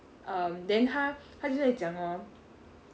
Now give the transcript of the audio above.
um then 他他就在讲 hor